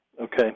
Okay